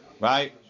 right